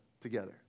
together